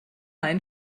ein